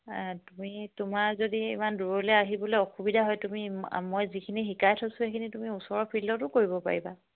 তুমি তোমাৰ যদি ইমান দূৰলৈ আহিবলৈ অসুবিধা হয় তুমি মই যিখিনি শিকাই থৈছোঁ সেইখিনি তুমি ওচৰ ফিল্ডতো কৰিব পাৰিবা